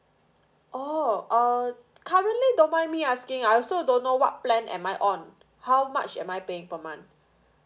oh uh currently don't mind me asking ah I also don't know what plan am I on how much am I paying per month